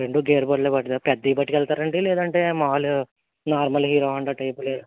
రెండు గేర్ బళ్ళే పట్టుకు వెళ్తారా పెద్దవి పట్టికు వెళ్తారా అండి లేదంటే మామూలు నార్మల్గా హీరో హోండా